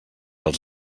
als